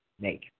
make